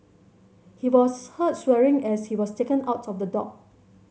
he was heard swearing as he was taken out of the dock